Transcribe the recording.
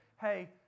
Hey